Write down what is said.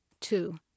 Two